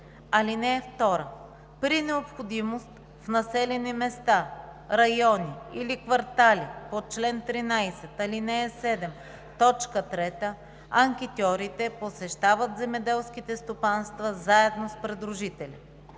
(2) При необходимост в населени места, райони или квартали по чл. 13, ал. 7, т. 3 анкетьорите посещават земеделските стопанства заедно с придружители.